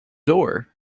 door